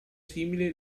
simile